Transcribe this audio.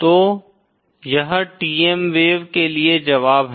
तो यह TM wave के लिए जवाब है